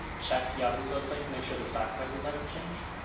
checks yahoo's website to make sure the stock prices haven't changed?